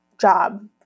job